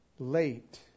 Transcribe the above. late